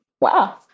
wow